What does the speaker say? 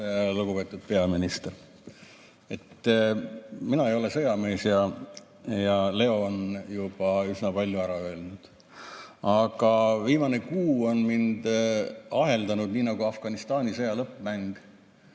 Lugupeetud peaminister! Mina ei ole sõjamees ja Leo on juba üsna palju ära öelnud. Aga viimane kuu on mind aheldanud, nii nagu Afganistani sõja lõppmäng,